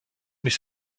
mais